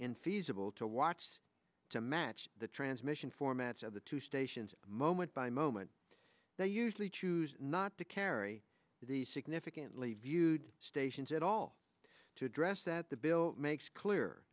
in feasible to watch to match the transmission formats of the two stations moment by moment they usually choose not to carry the significantly viewed stations at all to address that the bill makes clear